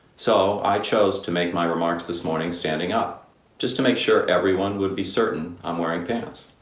so i chose to make my remarks this morning standing up just to make sure everyone would be certain i'm wearing pants.